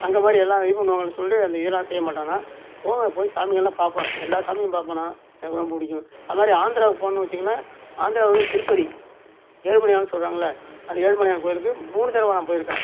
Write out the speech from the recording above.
அங்கே மாதிரி எல்லாம் இது பண்ணுவாங்கள்லை சொல்லி அந்த இதெல்லாம் செய்ய மாட்டேன் நான் போவேன் போய் சாமிகளெலாம் பார்ப்பேன் எல்லா சாமியும் பார்ப்பேன் நான் எனக்கு ரொம்ப பிடிக்கும் அது மாதிரி ஆந்திராவுக்கு போனேன்னு வெச்சசுக்கங்களேன் ஆந்திராவில் வந்து திருப்பதி ஏழுமலையான்னு சொல்லுறாங்கள்ல அந்த ஏழுமலையான் கோயிலுக்கு மூணு தடவை நான் போயிருக்கேன்